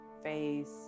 face